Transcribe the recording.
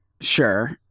sure